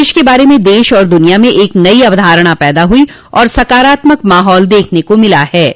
प्रदेश के बारे में दश और दुनिया में एक नई अवधारणा पैदा हुई है और सकारात्मक माहौल देखने को मिला है